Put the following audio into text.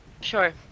sure